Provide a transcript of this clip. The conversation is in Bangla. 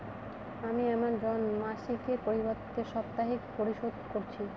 আমি আমার ঋণ মাসিকের পরিবর্তে সাপ্তাহিক পরিশোধ করছি